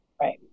Right